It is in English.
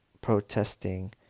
protesting